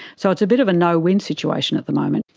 so it's a bit of a no-win situation at the moment.